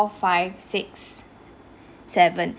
four five six seven